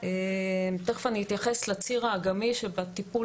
תיכף אני אתייחס לציר האג"מי שבטיפול